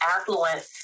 affluent